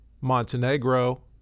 Montenegro